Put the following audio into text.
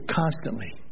constantly